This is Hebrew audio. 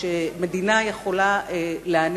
המדינה לאזורים מסוימים של חיינו.